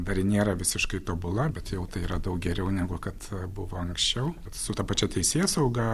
dar ji nėra visiškai tobula bet jau tai yra daug geriau negu kad buvo anksčiau su ta pačia teisėsauga